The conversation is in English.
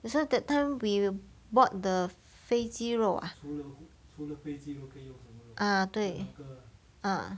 that's why that time we bought the 肥肌肉 ah ah 对 ah